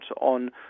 on